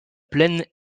plaine